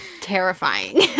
terrifying